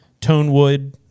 Tonewood